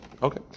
Okay